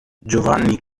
giovanni